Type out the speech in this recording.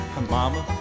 Mama